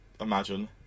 Imagine